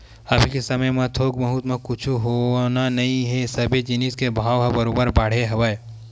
अभी के समे म थोक बहुत म कुछु होना नइ हे सबे जिनिस के भाव ह बरोबर बाड़गे हवय